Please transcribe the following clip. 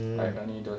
mm